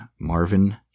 Marvin